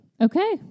Okay